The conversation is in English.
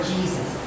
Jesus